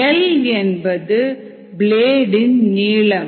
L என்பது பிளேடின் நீளம்